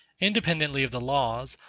independently of the laws,